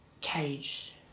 cage